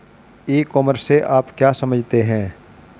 E commerce से आप क्या समझते हैं?